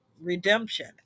redemption